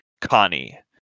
Connie